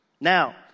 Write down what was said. Now